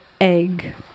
Egg